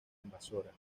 invasora